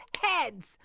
heads